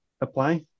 apply